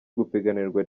gupiganirwa